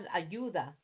ayuda